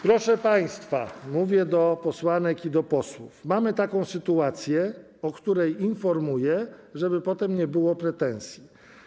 Proszę państwa, mówię do posłanek i do posłów, mamy taką sytuację, o której informuję, żeby potem nie było pretensji.